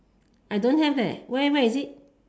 I don't have where where is it